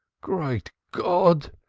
great god!